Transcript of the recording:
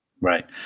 Right